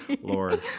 Lord